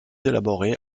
élaborée